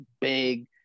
big